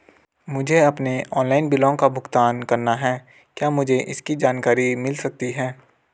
मुझे अपने ऑनलाइन बिलों का भुगतान करना है क्या मुझे इसकी जानकारी मिल सकती है?